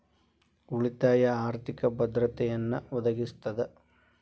ಉಳಿತಾಯ ಆರ್ಥಿಕ ಭದ್ರತೆಯನ್ನ ಒದಗಿಸ್ತದ